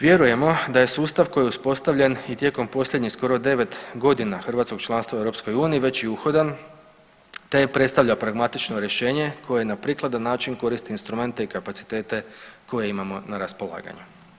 Vjerujemo da je sustav koji je uspostavljen i tijekom posljednjih skoro 9 godina hrvatskog članstva u Europskoj uniji već i uhodan te predstavlja pragmatično rješenje koje na prikladan način koristi instrumente i kapacitete koje imamo na raspolaganju.